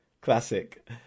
Classic